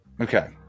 Okay